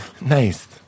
nice